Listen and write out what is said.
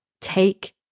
take